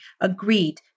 agreed